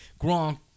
Gronk